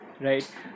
Right